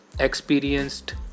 Experienced